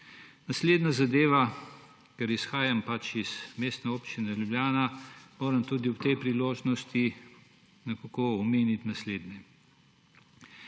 Naslednja zadeva, ker izhajam pač iz Mestne občine Ljubljana, moram tudi ob tej priložnosti nekako omeniti naslednje.